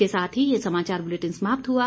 इसी के साथ ये समाचार बुलेटिन समाप्त हुआ